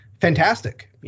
fantastic